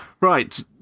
Right